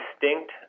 distinct